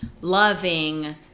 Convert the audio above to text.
loving